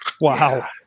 Wow